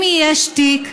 אם יש תיק,